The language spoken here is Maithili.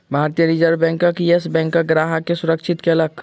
भारतीय रिज़र्व बैंक, येस बैंकक ग्राहक के सुरक्षित कयलक